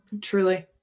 Truly